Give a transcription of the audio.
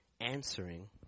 answering